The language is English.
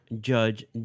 Judge